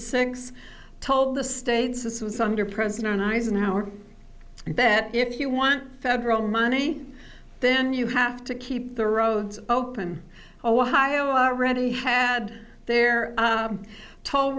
six told the states this was sumter president eisenhower that if you want federal money then you have to keep the roads open ohio are already had their toll